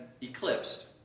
eclipsed